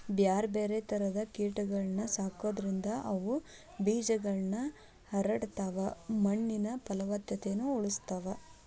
ಬ್ಯಾರ್ಬ್ಯಾರೇ ತರದ ಕೇಟಗಳನ್ನ ಸಾಕೋದ್ರಿಂದ ಅವು ಬೇಜಗಳನ್ನ ಹರಡತಾವ, ಮಣ್ಣಿನ ಪಲವತ್ತತೆನು ಉಳಸ್ತಾವ